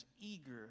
eager